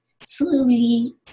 slowly